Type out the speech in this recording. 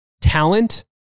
talent